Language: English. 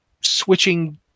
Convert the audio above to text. switching